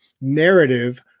narrative